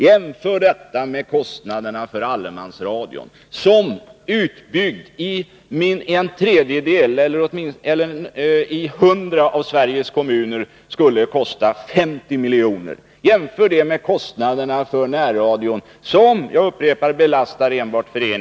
Jämför detta med kostnaderna för stannar vid några få milj.kr. Onsdagen den